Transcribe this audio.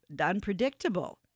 unpredictable